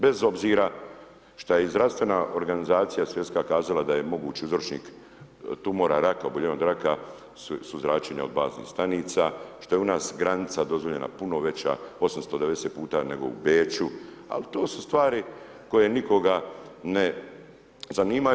Bez obzira što je i zdravstvena organizacija svjetska kazala da je mogući uzročnik tumora, raka, oboljenja od raka, su zračenja od baznih stanica, što je u nas granica dozvoljena puno veća 890 puta nego u Beču, al to su stvari koje nikoga ne zanimaju.